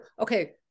okay